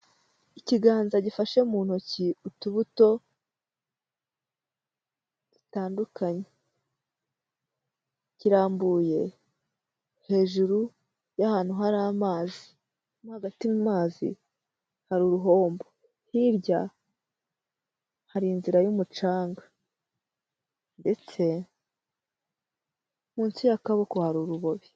Ikiganza gifashe mu ntoki utubuto dutandukanye; kirambuye hejuru y'ahantu hari amazi. Hagati mu mazi hari uruhombo, hirya hari inzira y'umucanga ndetse munsi y'akaboko hari urubobi.